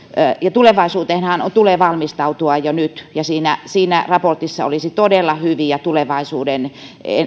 tulevaisuuteenhan tulee valmistautua jo nyt ja siinä siinä raportissa olisi todella hyviä tulevaisuuden